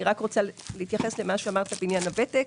אני רוצה להתייחס למה שאמרת בעניין הוותק.